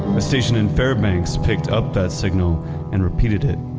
a station in fairbanks picked up that signal and repeated it.